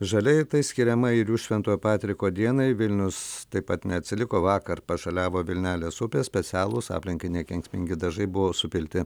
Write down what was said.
žaliai tai skiriama airių šventojo patriko dienai vilnius taip pat neatsiliko vakar pažaliavo vilnelės upės specialūs aplinkai nekenksmingi dažai buvo supilti